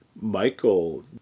Michael